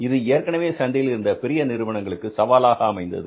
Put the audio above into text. இது ஏற்கனவே சந்தையில் இருந்த பெரிய நிறுவனங்களுக்கு சவாலாக அமைந்தது